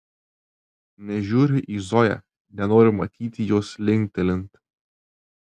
nežiūriu į zoją nenoriu matyti jos linktelint